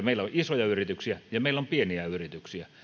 meillä on isoja yrityksiä ja meillä on pieniä yrityksiä